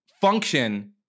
function